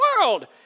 world